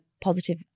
positive